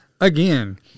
Again